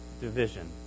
division